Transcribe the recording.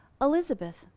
Elizabeth